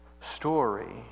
story